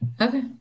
Okay